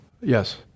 Yes